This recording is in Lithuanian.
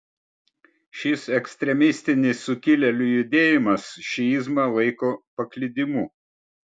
šis ekstremistinis sukilėlių judėjimas šiizmą laiko paklydimu